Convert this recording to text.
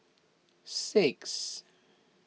six